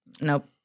nope